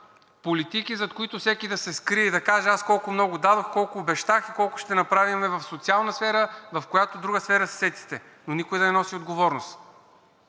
политики, зад които всеки да се скрие и да каже – аз колко много дадох, колко обещах и колко ще направим в социалната сфера, в която друга сфера се сетите, но никой не носи отговорност.